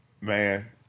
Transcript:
Man